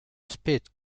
spit